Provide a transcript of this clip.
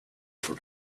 for